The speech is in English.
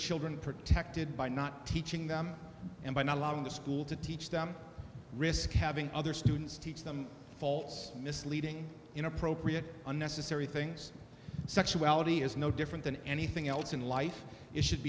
children protected by not teaching them and by not allowing the school to teach them risk having other students teach them faults misleading inappropriate unnecessary things sexuality is no different than anything else in life it should